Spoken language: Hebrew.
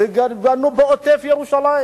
וגם בנו בעוטף-ירושלים,